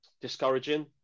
discouraging